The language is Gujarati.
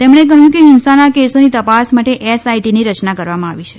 તેમણે કહયું કે હિંસાના કેસોની તપાસ માટે એસઆઇટીની રચના કરવામાં આવી છે